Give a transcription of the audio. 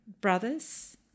brothers